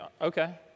okay